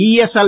ESL